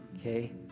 okay